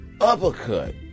uppercut